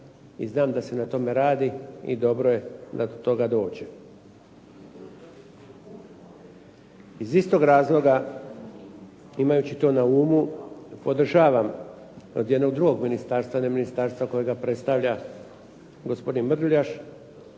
i znam da se na tome radi i dobro je da do toga dođe. Iz istoga razloga imajući to na umu, podržavam od jednog drugog ministarstva, ne ministarstva kojega predstavlja gospodin Mrduljaš,